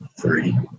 three